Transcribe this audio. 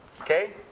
Okay